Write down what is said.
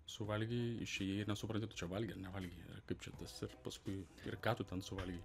suvalgei išėjai nesupranti tu čia valgei ar nevalgei ar kaip čia tas ir paskui ir ką tu ten suvalgei